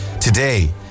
today